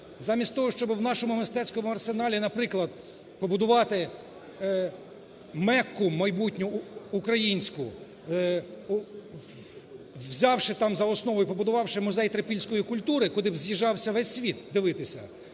Замість того, щоб у нашому Мистецькому арсеналі, наприклад, побудувати Мекку майбутню українську, взявши там за основу і побудувавши музей Трипільської культури, куди б з'їжджався весь світ дивитися,